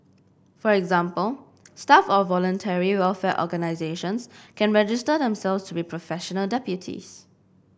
for example staff of Voluntary Welfare Organisations can register themselves to be professional deputies